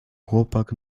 chłopak